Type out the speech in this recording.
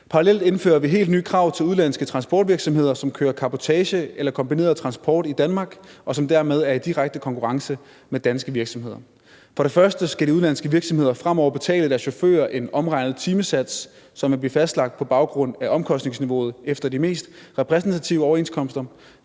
med det indfører vi helt nye krav til udenlandske transportvirksomheder, som kører cabotage eller kombineret transport i Danmark, og som dermed er i direkte konkurrence med danske virksomheder. For det første skal de udenlandske virksomheder fremover betale deres chauffører en omregnet timesats, som vil blive fastlagt på baggrund af omkostningsniveauet efter de mest repræsentative overenskomster,